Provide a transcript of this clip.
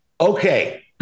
okay